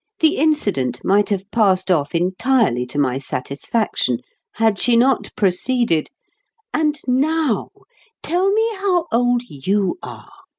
the incident might have passed off entirely to my satisfaction had she not proceeded and now tell me how old you are.